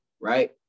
right